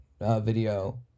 video